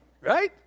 right